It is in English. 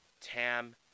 Tam